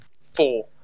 Four